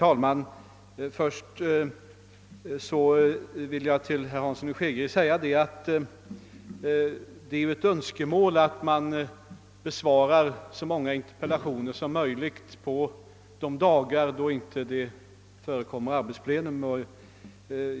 Herr talman! Det är ju ett önskemål att så många interpellationer som möjligt besvaras på de dagar då det inte förekommer något arbetsplenum.